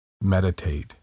Meditate